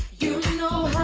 you know